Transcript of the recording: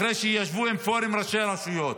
אחרי שישבו עם פורום ראשי רשויות,